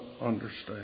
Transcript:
understand